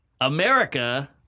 America